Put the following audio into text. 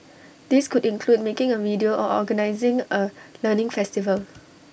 these could include making A video or organising A learning festival